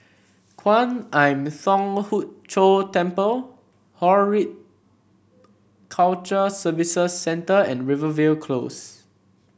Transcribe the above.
Kwan Im Thong Hood Cho Temple culture Services Centre and Rivervale Close